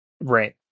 Right